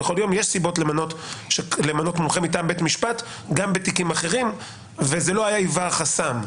יש סיבות למנות מומחה מטעם בית משפט גם בתיקים אחרים וזה לא היווה חסם,